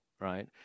right